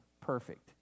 perfect